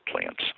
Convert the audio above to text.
plants